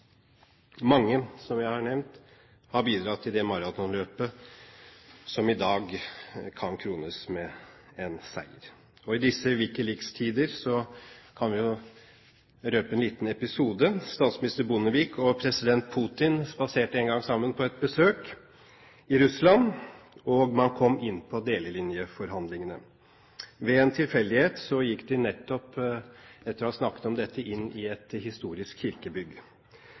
Mange, som jeg har nevnt, har bidratt til det maratonløpet som i dag kan krones med en seier. I disse WikiLeaks-tider kan man jo røpe en liten episode: Daværende statsminister Bondevik og president Putin spaserte en gang sammen på et besøk i Russland, og man kom inn på delelinjeforhandlingene. Ved en tilfeldighet gikk de nettopp – etter å ha snakket om dette – inn i et historisk kirkebygg.